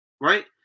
right